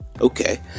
okay